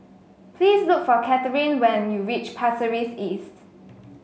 please look for Kathryne when you reach Pasir Ris East